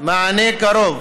מענה קרוב